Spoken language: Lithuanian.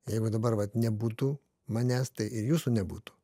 jeigu dabar vat nebūtų manęs tai ir jūsų nebūtų